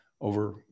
over